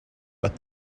but